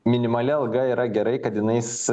minimali alga yra gerai kad jinais